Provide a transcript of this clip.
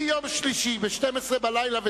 מיום שלישי ב-00:01,